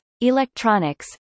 electronics